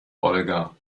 olga